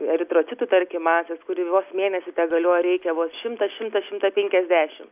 eritrocitų tarkim masės kuri vos mėnesį tegalioja reikia vos šimtą šimtą šimtą penkiasdešim